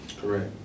Correct